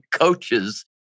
coaches